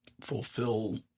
fulfill